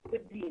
ודת.